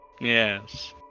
Yes